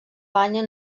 banya